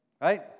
Right